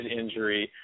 injury